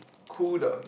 cool the